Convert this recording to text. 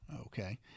Okay